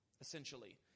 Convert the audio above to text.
essentially